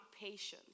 patience